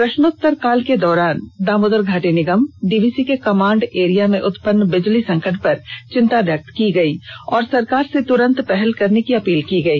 प्रश्नोत्तरकाल के दौरान दामोदर घाटी निगम डीवीसी के कमांड एरिया में उत्पन्न बिजली संकट पर चिंता व्यक्त की गयी और सरकार से तुरंत पहल करे की अपील की गई